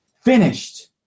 finished